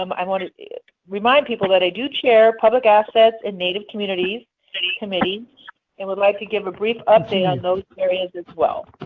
um i want to remind people that i do chair the public assets and native communities committee and would like to give a brief update on those areas as well.